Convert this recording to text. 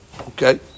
Okay